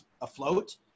afloat